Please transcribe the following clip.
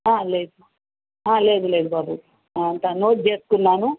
లేదు లేదు లేదు బాబు అంతా నోట్ చేసుకున్నాను